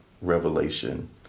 Revelation